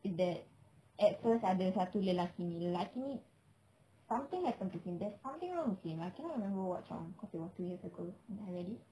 is that at first ada satu lelaki ni lelaki ni something happen to him there's something wrong with him I can't remember what's wrong because it was two years ago when I read it